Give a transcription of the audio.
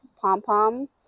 pom-pom